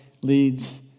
leads